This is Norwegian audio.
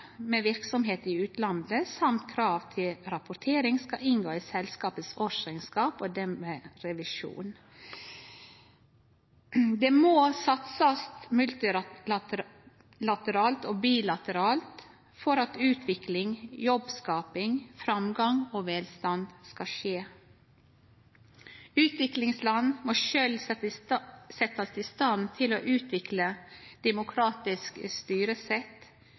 med verksemd i utlandet, samt krav til at rapportering skal inngå i selskapets årsrekneskap og dermed revisjon. Det må satsast multilateralt og bilateralt for at utvikling, jobbskaping, framgang og velstand skal skje. Utviklingsland må sjølve setjast i stand til å utvikle demokratisk styresett,